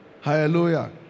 Hallelujah